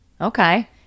okay